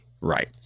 Right